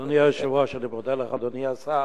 אדוני היושב-ראש, אני מודה לך, אדוני השר,